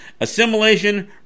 assimilation